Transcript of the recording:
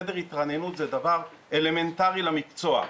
חדר התרעננות זה דבר אלמנטרי למקצוע.